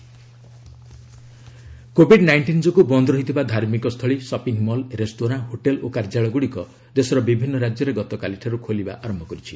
first phase unlocking covid nineteen ଯୋଗୁଁ ବନ୍ଦ ରହିଥିବା ଧାର୍ମିକ ସ୍ଥଳୀ ସଫିମଲ୍ ରେସ୍ତୋରାଁ ହୋଟେଲ୍ ଓ କାର୍ଯ୍ୟାଳୟଗୁଡ଼ିକ ଦେଶର ବିଭିନ୍ନ ରାଜ୍ୟରେ ଗତକାଲିଠାରୁ ଖୋଲିବା ଆରମ୍ଭ କରିଛି